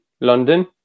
London